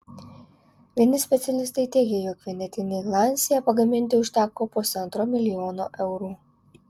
vieni specialistai teigia jog vienetinei lancia pagaminti užteko pusantro milijono eurų